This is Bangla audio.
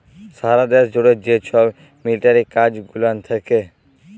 সারা দ্যাশ জ্যুড়ে যে ছব মিলিটারি কাজ গুলান থ্যাকে